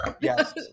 Yes